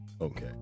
Okay